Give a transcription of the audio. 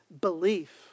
belief